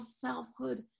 selfhood